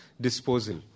disposal